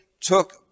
took